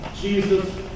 Jesus